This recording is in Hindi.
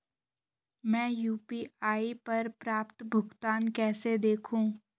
मैं यू.पी.आई पर प्राप्त भुगतान को कैसे देखूं?